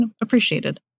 appreciated